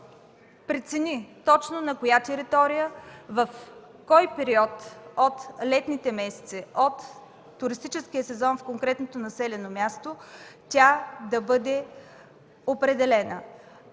прецени точно на коя територия, в кой период от летните месеци от туристическия сезон, в конкретното населено място тя да бъде определена.